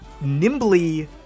nimbly